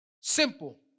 Simple